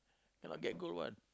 cannot get goal one